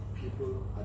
people